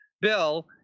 bill